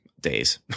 Days